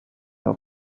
are